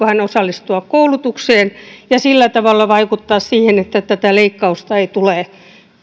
hän osallistua koulutukseen ja sillä tavalla vaikuttaa siihen että tätä leikkausta ei tule